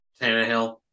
Tannehill